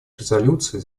резолюций